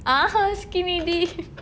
ah skinny dip